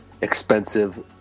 expensive